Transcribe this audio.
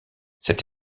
cette